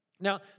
now